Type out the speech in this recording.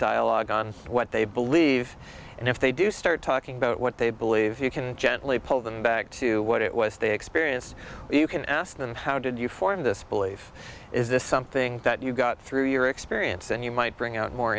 dialogue on what they believe and if they do start talking about what they believe you can gently pull them back to what it was they experience you can ask them how did you form this belief is this something that you've got through your experience and you might bring out more